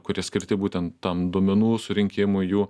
kurie skirti būtent tam duomenų surinkimui jų